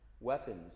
weapons